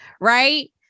Right